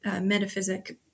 metaphysic